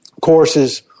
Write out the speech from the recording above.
courses